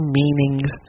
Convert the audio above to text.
meanings